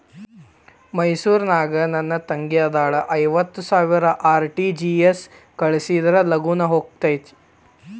ಮೈಸೂರ್ ನಾಗ ನನ್ ತಂಗಿ ಅದಾಳ ಐವತ್ ಸಾವಿರ ಆರ್.ಟಿ.ಜಿ.ಎಸ್ ಕಳ್ಸಿದ್ರಾ ಲಗೂನ ಹೋಗತೈತ?